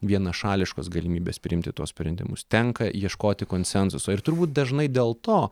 vienašališkos galimybės priimti tuos sprendimus tenka ieškoti konsensuso ir turbūt dažnai dėl to